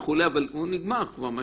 אבל הוא נגמר.